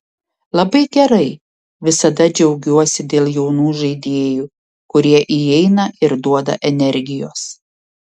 labai gerai visada džiaugiuosi dėl jaunų žaidėjų kurie įeina ir duoda energijos